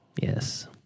Yes